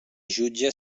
jutge